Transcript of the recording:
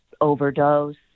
overdose